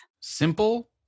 Simple